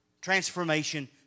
transformation